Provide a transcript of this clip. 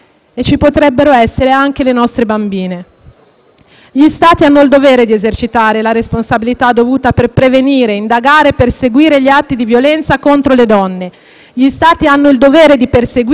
Gli Stati hanno il dovere di esercitare la responsabilità dovuta per prevenire, indagare e perseguire gli atti di violenza contro le donne. Gli Stati hanno il dovere di perseguire e punire i responsabili degli abusi e delle violenze